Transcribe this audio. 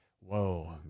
whoa